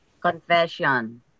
Confession